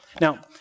Now